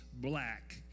black